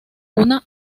una